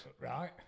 Right